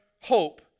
hope